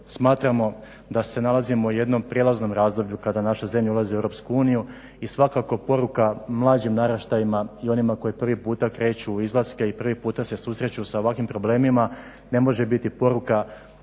Smatramo da se nalazimo u jednom prijelaznom razdoblju kada naša zemlja ulazi u EU i svakako poruka mlađim naraštajima i onima koji prvi puta kreću u izlaske i prvi puta se susreću sa ovakvim problemima ne može biti poruka.